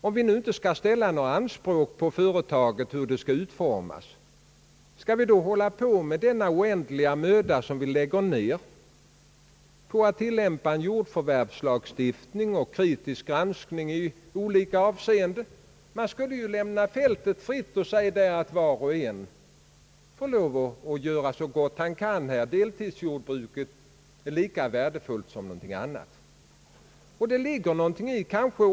Om vi inte skall ställa några anspråk på hur företaget skall se ut, skall vi då lägga ner denna oändliga möda på att tillämpa en jordförvärvslagstiftning som vid kritisk granskning i olika avseenden inte håller måttet. Man skulle ju kunna lämna fältet fritt och säga att var och en får lov att göra så gott han kan. Deltidsjordbruket är lika värdefullt som något annat. Det ligger någonting i detta.